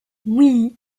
oui